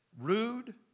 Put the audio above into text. rude